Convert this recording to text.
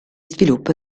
sviluppo